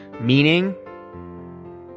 meaning